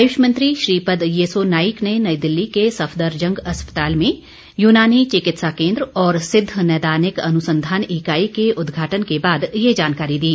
आयुष मंत्री श्रीपद येसो नाइक ने नई दिल्ली के सफदरजंग अस्पताल में यूनानी चिकित्सा केन्द्र और सिद्ध नैदानिक अनुसंधान इकाई के उद्घाटन के बाद यह जानकारी दी